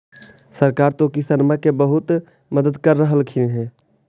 सरकार तो किसानमा के बहुते मदद कर रहल्खिन ह?